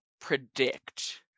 predict